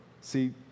See